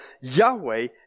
Yahweh